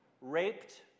raped